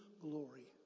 glory